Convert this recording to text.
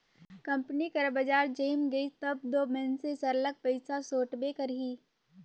company कर बजार जइम गइस तब दो मइनसे सरलग पइसा सोंटबे करही